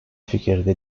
fikirde